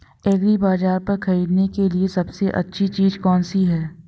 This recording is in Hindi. एग्रीबाज़ार पर खरीदने के लिए सबसे अच्छी चीज़ कौनसी है?